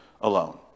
alone